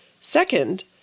Second